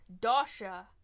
Dasha